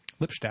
Lipstadt